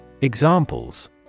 Examples